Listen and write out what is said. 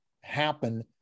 happen